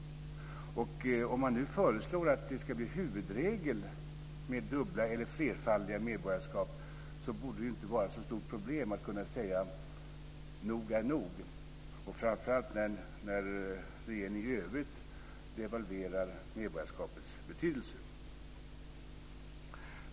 Om man föreslår att det ska bli huvudregel med dubbla eller flerfaldiga medborgarskap borde det inte vara så stort problem att kunna säga: Nog är nog. Detta framför allt när regeringen i övrigt devalverar medborgarskapets betydelse.